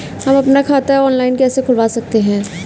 हम अपना खाता ऑनलाइन कैसे खुलवा सकते हैं?